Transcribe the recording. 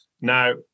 Now